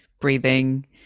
breathing